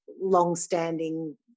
long-standing